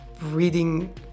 reading